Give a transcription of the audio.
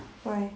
why